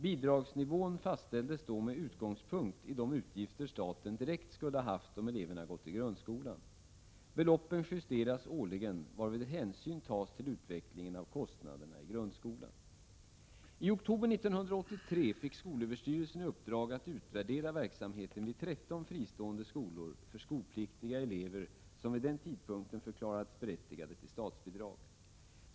Bidragsnivån fastställdes då med utgångspunkt i de utgifter staten direkt skulle ha haft om eleverna gått i grundskolan. Beloppen justeras I oktober 1983 fick skolöverstyrelsen i uppdrag att utvärdera verksamhe 30 mars 1987 ten vid 13 fristående skolor för skolpliktiga elever som vid den tidpunkten förklarats berättigade till statsbidrag.